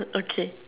okay